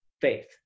faith